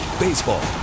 Baseball